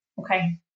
Okay